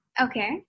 Okay